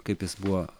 kaip jis buvo